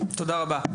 תודה רבה.